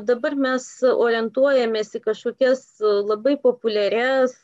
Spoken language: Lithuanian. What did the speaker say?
dabar mes orientuojamės į kažkokias labai populiarias